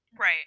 Right